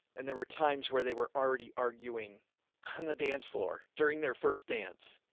and there were times where they were already arguing on the dance floor during their first dance.